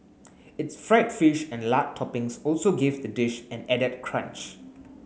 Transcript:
its fried fish and lard toppings also give the dish an added crunch